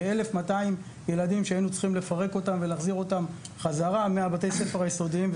כ-1,200 ילדים היינו צריכים לפרק ולהחזיר חזרה מבתי הספר היסודיים.